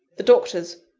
the doctors,